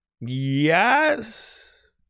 Yes